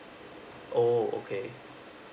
oh okay